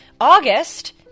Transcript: August